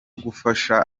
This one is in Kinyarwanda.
gufasha